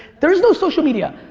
there is no social media.